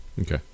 Okay